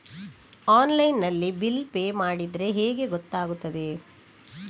Online ನಲ್ಲಿ bill pay ಮಾಡಿದ್ರೆ ಹೇಗೆ ಗೊತ್ತಾಗುತ್ತದೆ?